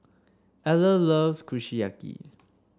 Eller loves Kushiyaki